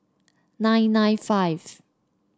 nine nine five